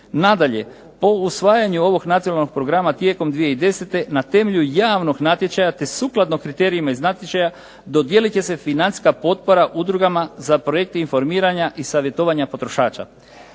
Nadalje, po usvajanju ovog Nacionalnog programa tijekom 2010. na temelju javnog natječaja te sukladno kriterijima iz natječaja dodijelit će se financijska potpora udrugama za projekte informiranja i savjetovanja potrošača.